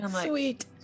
Sweet